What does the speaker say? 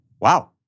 Wow